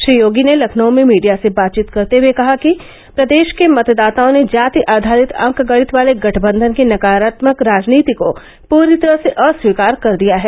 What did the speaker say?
श्री योगी ने लखनऊ में मीडिया से बातचीत करते हुए कहा कि प्रदेष के मतदाताओं ने जाति आधारित अंकगणित वाले गठबंधन की नकारात्मक राजनीति को पूरी तरह अस्वीकार कर दिया है